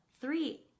Three